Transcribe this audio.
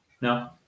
No